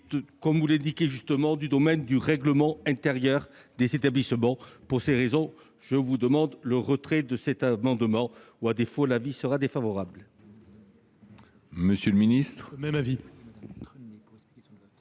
comme vous l'indiquez justement, du règlement intérieur des établissements. Pour ces raisons, je vous demande de retirer cet amendement ; à défaut, l'avis serait défavorable. Quel est